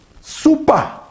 super